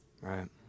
Right